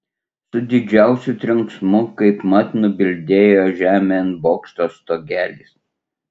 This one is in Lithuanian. su didžiausiu trenksmu kaip mat nubildėjo žemėn bokšto stogelis